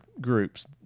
groups